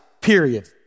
period